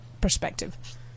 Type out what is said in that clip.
perspective